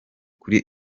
kuri